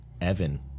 Evan